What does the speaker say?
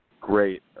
great